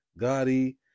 Gotti